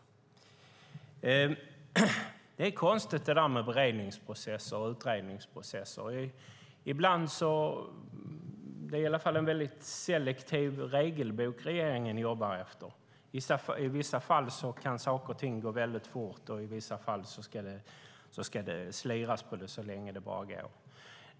Det är konstigt det där med beredningsprocesser och utredningsprocesser. Det är i alla fall en väldigt selektiv regelbok regeringen jobbar efter. I vissa fall kan saker och ting gå väldigt fort, i vissa fall ska man slira på dem så länge det bara går.